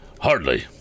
Hardly